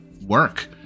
work